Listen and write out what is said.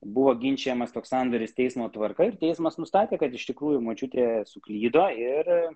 buvo ginčijamas toks sandėris teismo tvarka ir teismas nustatė kad iš tikrųjų močiutė suklydo ir